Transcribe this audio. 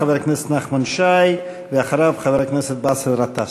חבר הכנסת נחמן שי, ואחריו, חבר הכנסת באסל גטאס.